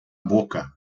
boca